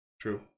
True